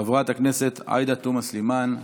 חברת הכנסת עאידה תומא סלימאן,